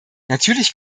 natürlich